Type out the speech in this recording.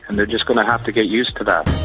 and they're just going to have to get used to that.